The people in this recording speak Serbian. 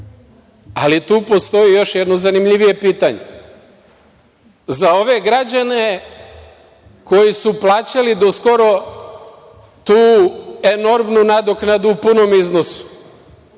ali tu postoji još jedno zanimljivije pitanje. Za ove građane koji su plaćali do skoro tu enormnu nadoknadu u punom iznosu,